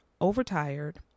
overtired